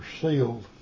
sealed